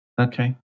Okay